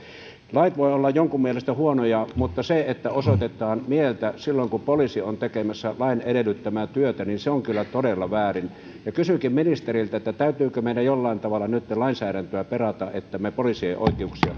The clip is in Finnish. lait voivat olla jonkun mielestä huonoja mutta se että osoitetaan mieltä silloin kun poliisi on tekemässä lain edellyttämää työtä on kyllä todella väärin kysynkin ministeriltä täytyykö meidän jollain tavalla nytten lainsäädäntöä perata että me poliisien oikeuksia